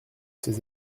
ses